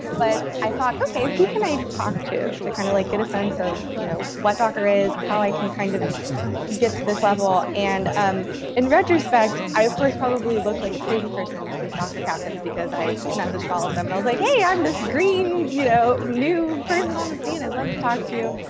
but i thought, okay, who can i talk to to kind of, like, get a sense of you know what docker is, how i can kind of get to this level. and um in retrospect, i of course probably looked like a crazy person to these docker captains, because i messaged all of them. and i'm like, hey, i'm this green you know new person on the scene. i'd love to talk to you.